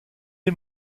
est